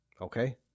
okay